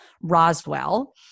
Roswell